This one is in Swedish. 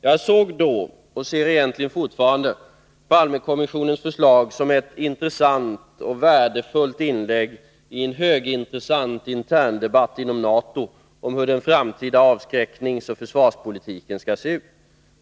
Jag såg då — och ser egentligen fortfarande — Palmekommissionens förslag som ett intressant och värdefullt inlägg i en högintressant intern debatt inom NATO om hur den framtida avskräckningsoch försvarspolitiken skall se ut.